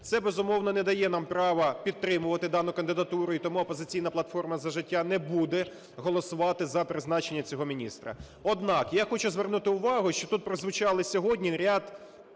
Це, безумовно, не дає нам права підтримувати дану кандидатуру. І тому "Опозиційна платформа – За життя" не буде голосувати за призначення цього міністра. Однак я хочу звернути увагу, що тут прозвучали сьогодні ряд